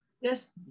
yes